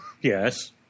yes